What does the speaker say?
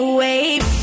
wave